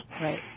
right